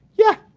yeah,